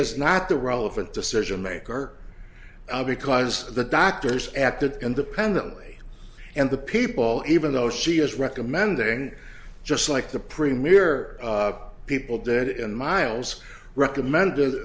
is not the relevant decision maker because the doctors acted independently and the people even though she is recommending just like the premier people dead in miles recommended